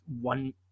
one